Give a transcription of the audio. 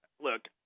look